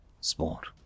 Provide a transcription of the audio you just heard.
sport